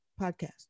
podcast